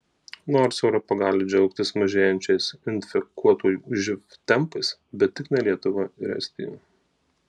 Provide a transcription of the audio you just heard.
nors europa gali džiaugtis mažėjančiais infekuotųjų živ tempais bet tik ne lietuva ir estija